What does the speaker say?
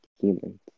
humans